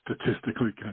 statistically